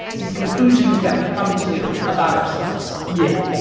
these conclusions that we come to about ourselves yeah.